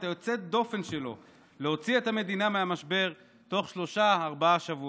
היוצאת-דופן שלו להוציא את המדינה מהמשבר תוך שלושה-ארבעה שבועות.